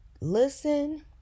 listen